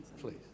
please